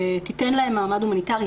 תיתן להן מעמד הומניטרי.